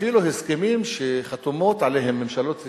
אפילו הסכמים שחתומות עליהם ממשלות ישראל,